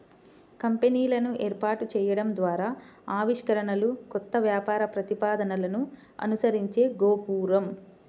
కంపెనీలను ఏర్పాటు చేయడం ద్వారా ఆవిష్కరణలు, కొత్త వ్యాపార ప్రతిపాదనలను అనుసరించే గోపురం